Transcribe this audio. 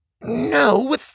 No